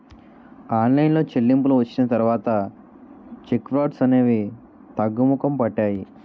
online చెల్లింపులు వచ్చిన తర్వాత చెక్ ఫ్రాడ్స్ అనేవి తగ్గుముఖం పట్టాయి